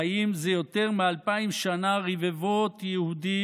חיים זה יותר מאלפיים שנה רבבות יהודים,